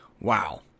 Wow